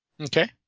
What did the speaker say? Okay